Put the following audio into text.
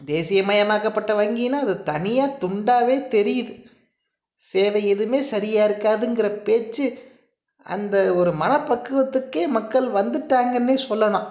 தேசியமயமாக்கப்பட்ட வங்கினால் அது தனியாக துண்டாகவே தெரியிது சேவை எதுமே சரியாக இருக்காதுனுங்கிற பேச்சு அந்த ஒரு மனபக்குவத்துக்கே மக்கள் வந்துட்டாங்கன்னே சொல்லலாம்